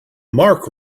mark